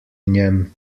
njem